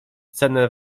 cenę